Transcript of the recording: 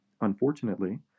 Unfortunately